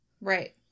Right